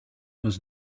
was